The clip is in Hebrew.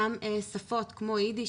גם שפות כמו אידיש,